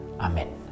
Amen